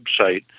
website